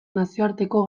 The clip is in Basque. nazioarteko